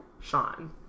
Sean